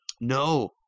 No